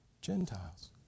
Gentiles